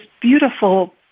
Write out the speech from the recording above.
beautiful